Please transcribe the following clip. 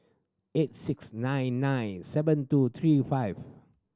eight six nine nine seven two three five